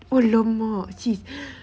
!alamak! sis